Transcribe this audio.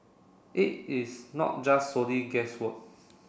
it is not just solely guesswork